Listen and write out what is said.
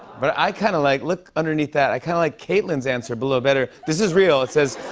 but i kind of like look underneath that. i kind of like kaitlin's answer below better. this is real. it says,